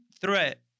threat